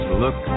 look